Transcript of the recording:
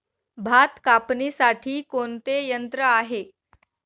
भात कापणीसाठी कोणते यंत्र आहे?